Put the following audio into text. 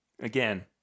again